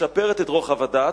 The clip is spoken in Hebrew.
משפרת את רוחב הדעת,